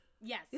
yes